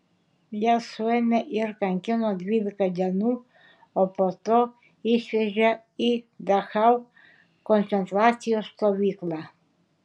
ją suėmė ir kankino dvylika dienų o po to išvežė į dachau koncentracijos stovyklą